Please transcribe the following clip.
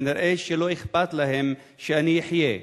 כנראה שלא אכפת להם שאני אחיה.